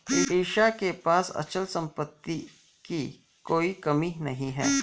ईशा के पास अचल संपत्ति की कोई कमी नहीं है